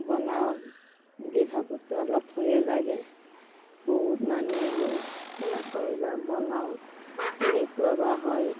বনাওঁ বুলি ভাবোঁতে অলপ ভয়ো লাগে বহুত মানুহ হ'ল কেনেকৈ বা বনাও কেনেকুৱা বা হয়